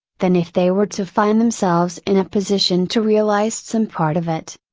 than if they were to find themselves in a position to realize some part of it.